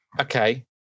okay